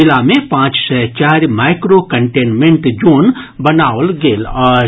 जिला मे पांच सय चारि मॉइक्रो कंटेनमेंट जोन बनाओल गेल अछि